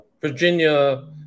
Virginia